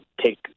take